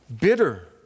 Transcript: bitter